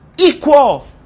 equal